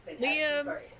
Liam